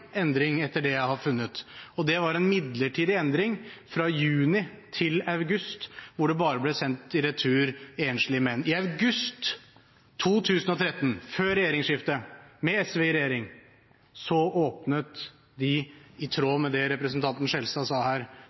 midlertidig endring, fra juni til august, hvor det bare ble sendt i retur enslige menn. I august 2013 – før regjeringsskiftet, og med SV i regjering – åpnet de, i tråd med det representanten Skjelstad sa her,